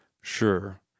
sure